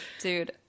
Dude